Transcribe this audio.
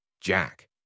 Jack